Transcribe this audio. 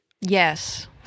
Yes